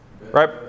Right